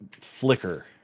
flicker